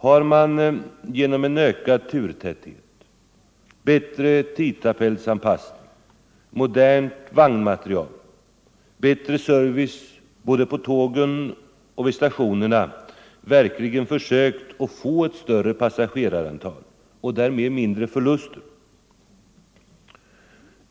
Har man genom en ökad turtäthet, bättre tidtabellsanpassning, modern vagnmateriel, bättre service både på tågen och vid stationerna verkligen försökt att få ett större passagerarantal och därmed mindre förluster?